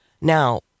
Now